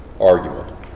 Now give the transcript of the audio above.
argument